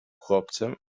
chłopcem